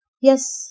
Yes